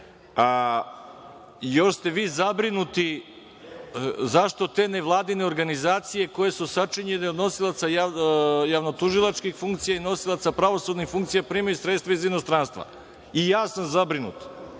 još ste vi zabrinuti zašto te nevladine organizacije, koje su sačinjene od nosilaca javnotužilačkih funkcija i nosilaca pravosudnih funkcija, primaju sredstva iz inostranstva.I ja sam zabrinut,